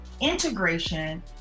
Integration